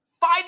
five